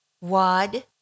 Wad